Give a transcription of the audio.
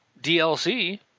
DLC